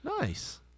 Nice